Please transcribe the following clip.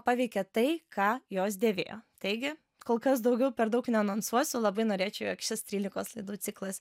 paveikė tai ką jos dėvėjo taigi kol kas daugiau per daug neanonsuosiu labai norėčiau jog šis trylikos laidų ciklas